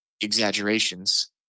exaggerations